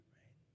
right